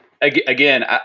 again